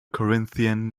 corinthian